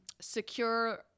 secure